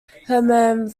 hermann